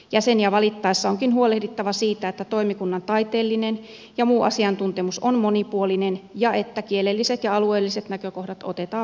jäseniä valittaessa onkin huolehdittava siitä että toimikunnan taiteellinen ja muu asiantuntemus on monipuolinen ja että kielelliset ja alueelliset näkökohdat otetaan huomioon